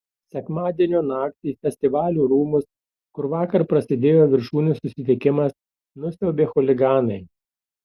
sekmadienio naktį festivalių rūmus kur vakar prasidėjo viršūnių susitikimas nusiaubė chuliganai